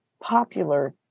popular